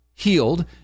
Healed